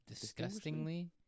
Disgustingly